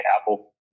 Apple